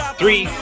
three